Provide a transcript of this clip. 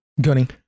Gunning